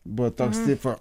buvo toks tipo